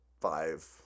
five